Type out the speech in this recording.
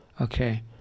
Okay